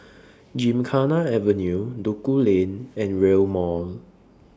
Gymkhana Avenue Duku Lane and Rail Mall